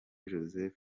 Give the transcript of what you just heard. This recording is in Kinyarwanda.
joseph